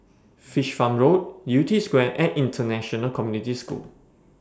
Fish Farm Road Yew Tee Square and International Community School